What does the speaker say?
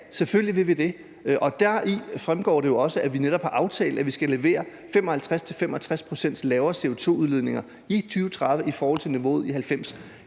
selvfølgelig vil vi det, og deraf fremgår det jo også, at vi netop har aftalt, at vi skal levere 55-65 pct. færre CO2-udledninger i 2030 i forhold til niveauet i 1990.